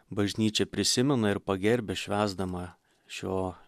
bažnyčia prisimena ir pagerbia švęsdama šio